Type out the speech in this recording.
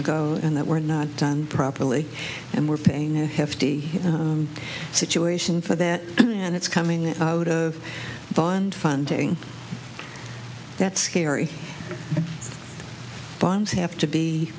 ago and that were not done properly and we're paying a hefty situation for that and it's coming that bond funding that scary bonds have to be